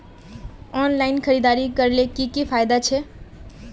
Online खरीदारी करले की की फायदा छे?